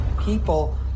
People